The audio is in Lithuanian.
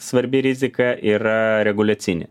svarbi rizika yra reguliacinė